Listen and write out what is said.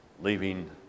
leaving